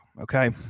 Okay